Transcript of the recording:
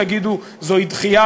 תגידו שזוהי דחייה,